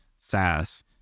SaaS